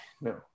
No